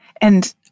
And-